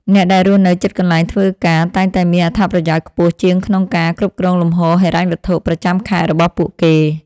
អ្នកដែលរស់នៅជិតកន្លែងធ្វើការតែងតែមានអត្ថប្រយោជន៍ខ្ពស់ជាងក្នុងការគ្រប់គ្រងលំហូរហិរញ្ញវត្ថុប្រចាំខែរបស់ពួកគេ។